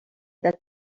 that